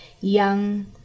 young